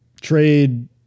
trade